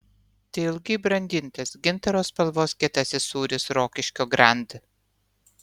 tai ilgai brandintas gintaro spalvos kietasis sūris rokiškio grand